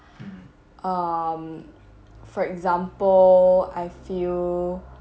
um for example I feel